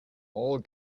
all